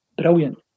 brilliant